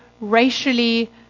racially